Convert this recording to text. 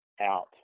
out